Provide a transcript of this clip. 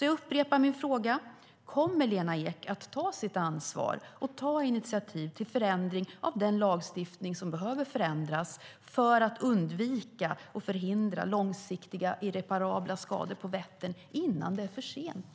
Jag upprepar min fråga: Kommer Lena Ek att ta sitt ansvar och ta initiativ till en förändring av den lagstiftning som behöver förändras för att undvika och förhindra långsiktiga, irreparabla skador på Vättern innan det är för sent?